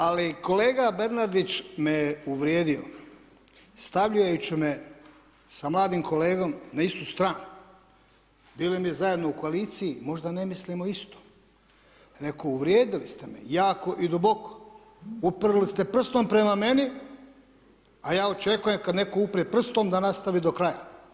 Ali kolega Bernardić me uvrijedio, stavljajući me sa mladim kolegom na istu stranu, bili mi zajedno u koaliciji, možda ne mislimo isto, reko, uvrijedili ste me, jako i duboko, uprli ste prstom prema meni, a ja očekujem kad netko upre prstom da nastavi do kraja.